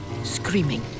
Screaming